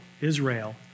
Israel